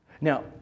Now